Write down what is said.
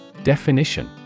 Definition